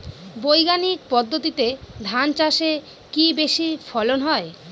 বৈজ্ঞানিক পদ্ধতিতে ধান চাষে কি বেশী ফলন হয়?